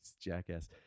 jackass